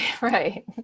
right